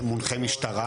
לא כולם מונחי משטרה.